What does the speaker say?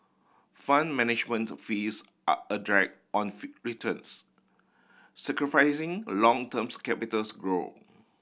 Fund Management fees are a drag on returns sacrificing a long terms capitals grow